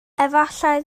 efallai